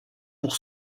pour